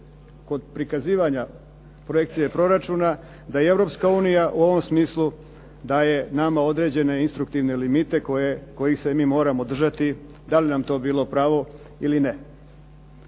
kod prikazivanja projekcije proračuna, da i Europska unija u ovom smislu nama daje određene instruktivne limite kojih se mi moramo držati, da li nam to bilo pravo ili ne.